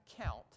count